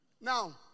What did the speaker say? Now